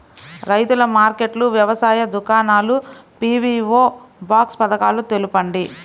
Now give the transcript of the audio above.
రైతుల మార్కెట్లు, వ్యవసాయ దుకాణాలు, పీ.వీ.ఓ బాక్స్ పథకాలు తెలుపండి?